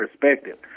perspective